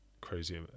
crazy